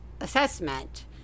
assessment